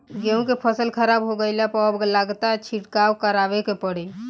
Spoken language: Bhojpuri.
गेंहू के फसल खराब हो गईल बा अब लागता छिड़काव करावही के पड़ी